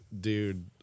Dude